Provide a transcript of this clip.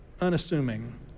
unassuming